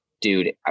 dude